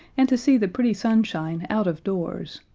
and to see the pretty sunshine out of doors,